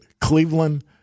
Cleveland